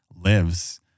lives